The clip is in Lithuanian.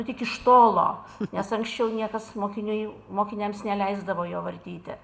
tik iš tolo nes anksčiau niekas mokinių mokiniams neleisdavo jo vartyti